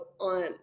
on